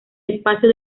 espacio